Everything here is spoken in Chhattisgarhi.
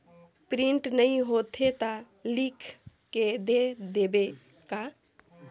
प्रिंट नइ होथे ता लिख के दे देबे का?